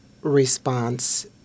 response